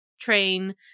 train